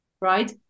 Right